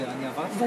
רבניים,